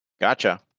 Gotcha